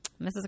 Mrs